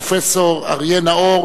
פרופסור אריה נאור,